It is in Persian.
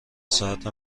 ساعت